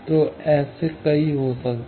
तो ऐसे कई हो सकते हैं